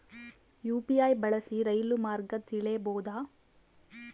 UPI ಬಳಸಿ ರೈಲು ಮಾರ್ಗ ತಿಳೇಬೋದ?